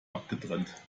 abgetrennt